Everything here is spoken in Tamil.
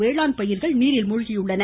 வேளாண் பயிர்கள் நீரில் மூழ்கியுள்ளன